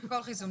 כל חיסון.